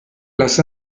las